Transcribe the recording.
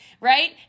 right